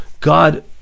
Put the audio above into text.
God